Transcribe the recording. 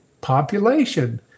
population